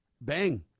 bang